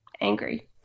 angry